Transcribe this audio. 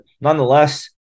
nonetheless